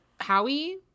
howie